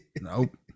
Nope